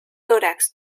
tórax